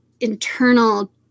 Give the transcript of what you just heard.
internal